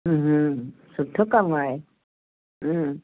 सुठो कमु आहे